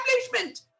establishment